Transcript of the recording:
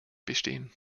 bestehen